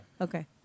Okay